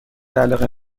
علاقه